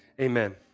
amen